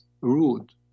rude